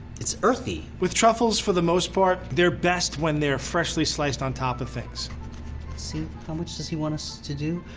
it's earthy. with truffles for the most part, they're best when they're freshly sliced on top of things. let's see, how much does he want us to do?